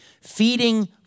feeding